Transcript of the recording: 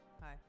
Hi